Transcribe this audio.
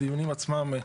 בדיונים עצמם.